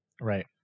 Right